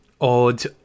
odd